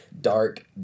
dark